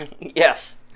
Yes